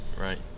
Right